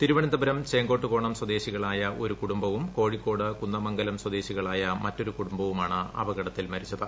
തിരുവനന്തപുരം ചേങ്കോട്ടുകോണം സ്വദേശികളായ ഒരു കുടുംബവും കോഴിക്കോട് കുന്ദമംഗലും സ്ലദേശികളായ മറ്റൊരു കുടുംബവുമാണ് അപകടത്തിൽ പ്രിച്ചത്